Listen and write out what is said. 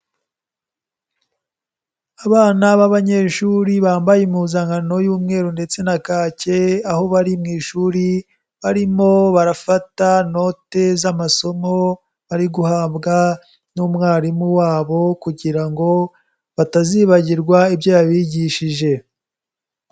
Abana b'abanyeshuri bambaye impuzankano y'umweru ndetse na kake, aho bari mu ishuri barimo barafata note z'amasomo bari guhabwa n'umwarimu wabo kugira ngo batazibagirwa ibyo yabigishije.